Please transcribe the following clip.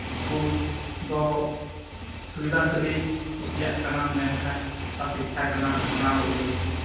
school ᱫᱚ ᱥᱩᱵᱤᱫᱷᱟ ᱠᱷᱟᱹᱞᱤ ᱠᱩᱥᱤᱭᱟᱜ ᱠᱟᱱᱟ ᱢᱮᱱᱠᱷᱟᱱ ᱚᱠᱟ ᱥᱤᱠᱠᱷᱟ ᱠᱟᱱᱟ ᱚᱱᱟᱫᱚ ᱵᱟᱹᱧ ᱠᱩᱥᱤᱭᱟᱜ ᱠᱟᱱᱟ